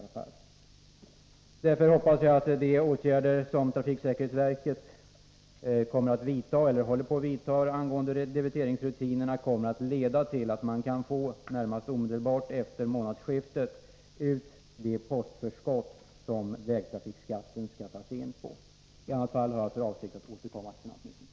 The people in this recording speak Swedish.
Därför hoppas jag att de åtgärder trafiksäkerhetsverket håller på att vidta angående debiteringsrutinerna kommer att leda till att man snarast möjligt efter månadsskiftet kan få ut de postförskott som vägtrafikskatten skall tas in på. I annat fall har jag för avsikt att återkomma till finansministern.